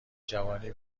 جوانی